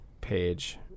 page